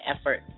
effort